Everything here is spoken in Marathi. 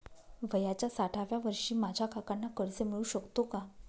वयाच्या साठाव्या वर्षी माझ्या काकांना कर्ज मिळू शकतो का?